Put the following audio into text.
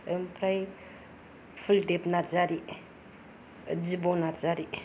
आमफ्राय फुलदेब नारजारि जिब' नारजारि